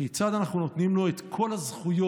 כיצד אנחנו נותנים לו את כל הזכויות,